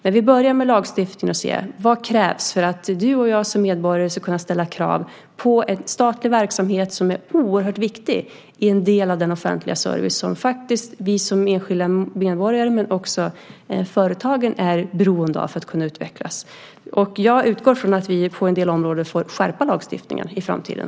Men vi börjar med lagstiftning och ser efter vad som krävs för att du och jag som medborgare ska kunna ställa krav på en statlig verksamhet som är en oerhört viktig del av den offentliga service som faktiskt vi som enskilda medborgare, men också företagen, är beroende av för att kunna utvecklas. Jag utgår från att vi på en del områden får skärpa lagstiftningen i framtiden.